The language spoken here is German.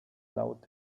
laut